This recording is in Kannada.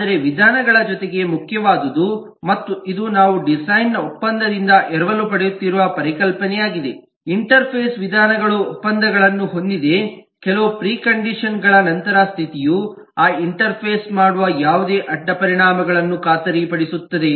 ಆದರೆ ವಿಧಾನಗಳ ಜೊತೆಗೆ ಮುಖ್ಯವಾದುದು ಮತ್ತು ಇದು ನಾವು ಡಿಸೈನ್ ನ ಒಪ್ಪಂದದಿಂದ ಎರವಲು ಪಡೆಯುತ್ತಿರುವ ಪರಿಕಲ್ಪನೆಯಾಗಿದೆ ಇಂಟರ್ಫೇಸ್ ವಿಧಾನಗಳು ಒಪ್ಪಂದಗಳನ್ನು ಹೊಂದಿದೆ ಕೆಲವು ಪ್ರಿಕಂಡಿಷನ್ ಗಳ ನಂತರದ ಸ್ಥಿತಿಯು ಆ ಇಂಟರ್ಫೇಸ್ ಮಾಡುವ ಯಾವುದೇ ಅಡ್ಡಪರಿಣಾಮಗಳನ್ನು ಖಾತರಿಪಡಿಸುತ್ತದೆ